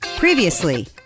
Previously